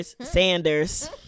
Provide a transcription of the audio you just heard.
Sanders